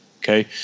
okay